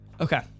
Okay